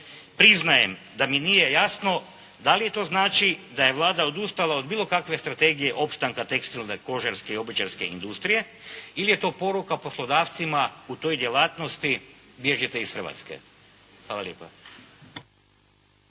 priznajem da mi nije jasno, da li to znači da je Vlada odustala od bilo kakve strategije opstanka tekstilne, kožarske i obućarske industrije ili je to poruka poslodavcima u toj djelatnosti bježite iz Hrvatske? Hvala lijepa.